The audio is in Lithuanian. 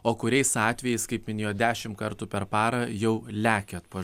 o kai kuriais atvejais kaip minėjot dešimt kartų per parą jau lekiat pas